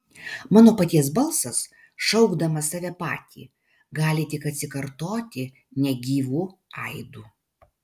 mano paties balsas šaukdamas save patį gali tik atsikartoti negyvu aidu